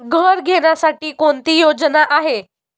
घर घेण्यासाठी कोणती योजना आहे?